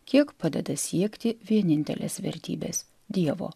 kiek padeda siekti vienintelės vertybės dievo